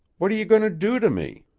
what are you a-goin' to do to me?